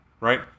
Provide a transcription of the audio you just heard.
right